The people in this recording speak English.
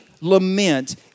lament